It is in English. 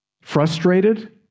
Frustrated